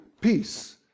peace